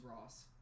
Ross